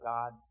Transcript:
God